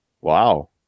wow